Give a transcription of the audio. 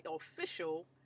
official